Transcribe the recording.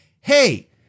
Hey